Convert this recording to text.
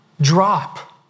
drop